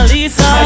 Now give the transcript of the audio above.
Lisa